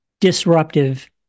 disruptive